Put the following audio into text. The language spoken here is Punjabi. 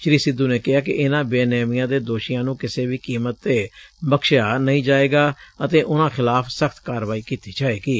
ਸ੍ਰੀ ਸਿੱਧੁ ਨੇ ਕਿਹਾ ਕਿ ਇਨੂਾਂ ਬੇਨਿਯਮੀਆਂ ਦੇ ਦੋਸ਼ੀਆਂ ਨੂੰ ਕਿਸੇ ਵੀ ਕੀਮਤ ਤੇ ਬਖਸ਼ਿਆ ਨਹੀ ਜਾਏਗਾ ਅਤੇ ਉਨੂਾ ਖਿਲਾਫ਼ ਸਖ਼ਤ ਕਾਰਵਾਈ ਕੀਤੀ ਜਾਏਗੀ